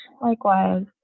likewise